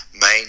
main